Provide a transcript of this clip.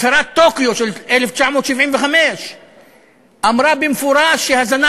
הצהרת טוקיו של 1975 אמרה במפורש שהזנה